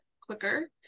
quicker